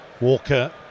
Walker